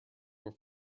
were